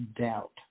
doubt